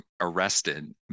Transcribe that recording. arrested